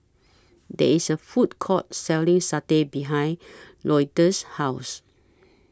There IS A Food Court Selling Satay behind Louetta's House